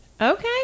Okay